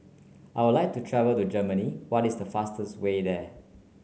I would like to travel to Germany what is the fastest way there